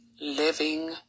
living